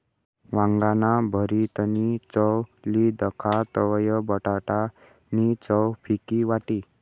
वांगाना भरीतनी चव ली दखा तवयं बटाटा नी चव फिकी वाटी